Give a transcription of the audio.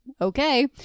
okay